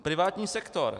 Privátní sektor.